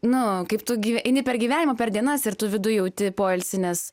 nu kaip tu eini per gyvenimą per dienas ir tu viduj jauti poilsį nes